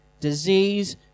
disease